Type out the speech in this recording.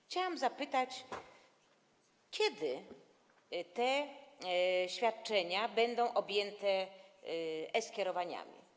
Chciałam zapytać: Kiedy te świadczenia będą objęte e-skierowaniami?